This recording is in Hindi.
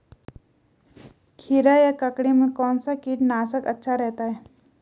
खीरा या ककड़ी में कौन सा कीटनाशक अच्छा रहता है?